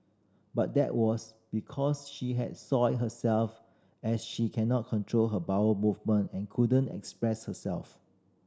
but that was because she had soiled herself as she cannot control her bowel movement and couldn't express herself